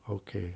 okay